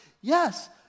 Yes